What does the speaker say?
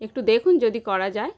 একটু দেখুন যদি করা যায়